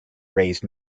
raised